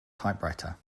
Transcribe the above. typewriter